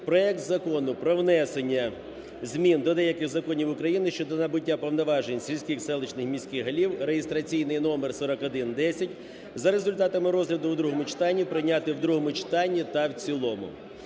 проект Закону про внесення змін до деяких законів України щодо набуття повноважень сільських, селищних, міських голів (реєстраційний номер 4110) за результатами розгляду у другому читанні прийняти у другому читанні та в цілому.